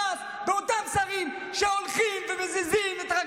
שילך קודם לצבא